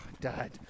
Dad